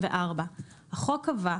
אנחנו מדברים על כך